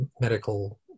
medical